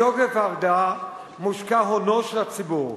מתוקף ההגדרה מושקע הונו של הציבור,